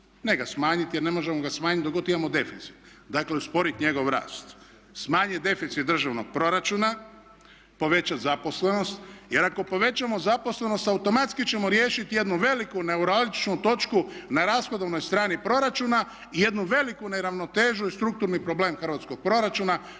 Ne ga smanjiti, jer ne možemo ga smanjiti dok god imamo deficit, dakle usporiti njegov rast. Smanjiti deficit državnog proračuna, povećati zaposlenost. Jer ako povećamo zaposlenost automatski ćemo riješiti jednu veliku neuralgičnu točku na rashodovnoj strani proračuna i jednu veliku neravnotežu i strukturni problem hrvatskog proračuna